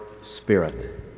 Spirit